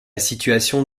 situation